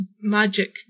Magic